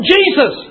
Jesus